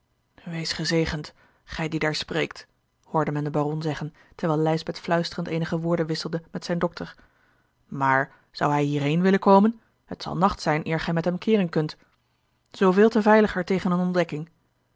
wees gezegend gij die daar spreekt hoorde men den baron zeggen terwijl lijsbeth fluisterend eenige woorden wisselde met zijn dokter maar zou hij hierheen willen komen het zal nacht zijn eer gij met hem keeren kunt zooveel te veiliger tegen eene ontdekking